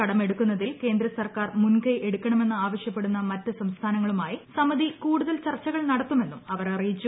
കടം കടുക്കുന്നതിൽ കേന്ദ്ര സർക്കാർ മുൻകൈ എടുക്കണമെന്ന് ആവശ്യപ്പെടുന്ന മറ്റ് സംസ്ഥാനങ്ങളുമായി സമിതി കൂടുതൽ ചർച്ചകൾ നടത്തുമെന്നും അവർ അറിയിച്ചു